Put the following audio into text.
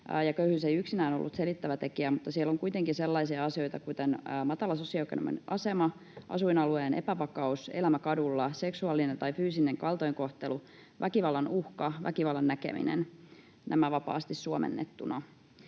köyhyys ei yksinään ollut selittävä tekijä, mutta siellä on kuitenkin sellaisia asioita kuin matala sosioekonominen asema, asuinalueen epävakaus, elämä kadulla, seksuaalinen tai fyysinen kaltoinkohtelu, väkivallan uhka, väkivallan näkeminen — nämä vapaasti suomennettuna.